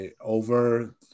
over